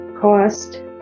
cost